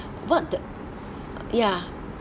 what the ya